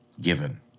given